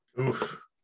Oof